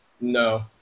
No